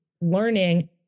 learning